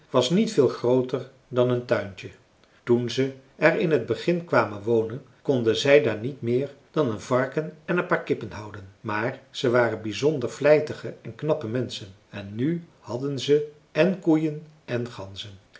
was niet veel grooter dan een tuintje toen ze er in t begin kwamen wonen konden zij daar niet meer dan een varken en een paar kippen houden maar ze waren bizonder vlijtige en knappe menschen en nu hadden ze èn koeien èn ganzen